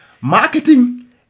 Marketing